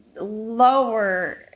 lower